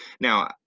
Now